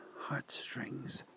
heartstrings